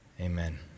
Amen